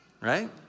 right